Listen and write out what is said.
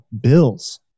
bills